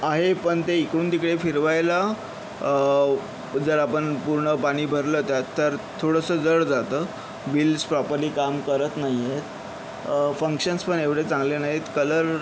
आहे पण ते इकडून तिकडे फिरवायला जर आपण पूर्ण पाणी भरलं त्यात तर थोडंसं जड जातं व्हील्स प्रॉपर्ली काम करत नाही आहेत फंक्शन्स पण एवढे चांगले नाहीत कलर